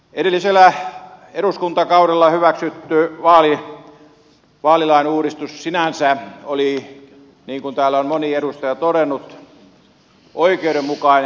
edellisellä eduskuntakaudella hyväksytty vaalilain uudistus sinänsä oli niin kuin täällä on moni edustaja todennut oikeudenmukainen